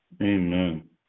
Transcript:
Amen